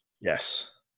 Yes